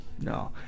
no